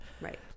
Right